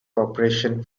corporation